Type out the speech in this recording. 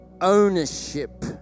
ownership